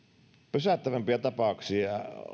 pysäyttävimpiä tapauksia